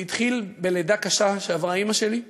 הוא התחיל בלידה קשה שעברה אימא שלי.